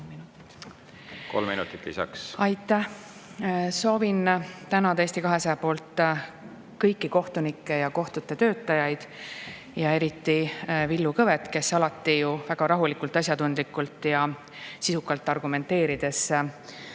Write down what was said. Kolm minutit lisaks. Aitäh! Soovin tänada Eesti 200 poolt kõiki kohtunikke ja kohtute töötajaid ja eriti Villu Kõvet, kes alati ju väga rahulikult, asjatundlikult ja sisukalt argumenteerides